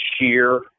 sheer